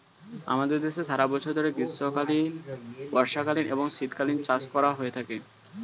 আমাদের দেশে সারা বছর ধরে গ্রীষ্মকালীন, বর্ষাকালীন এবং শীতকালীন চাষ করা হয়ে থাকে